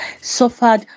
suffered